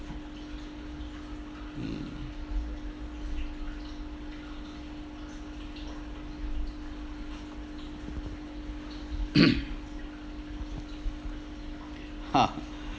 mm ha